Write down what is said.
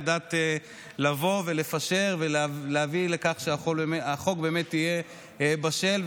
ידעת לבוא ולפשר ולהביא לכך שהחוק באמת יהיה בשל,